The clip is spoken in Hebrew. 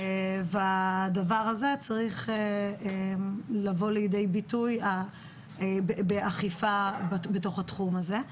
הדבר הזה צריך לבוא לידי ביטוי באכיפה בתחום הזה,